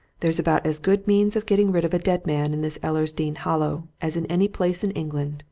there's about as good means of getting rid of a dead man in this ellersdeane hollow as in any place in england!